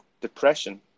depression